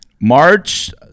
March